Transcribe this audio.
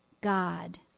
God